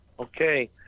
okay